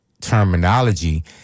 terminology